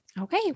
Okay